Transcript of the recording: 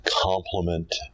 complement